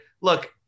look